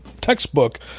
textbook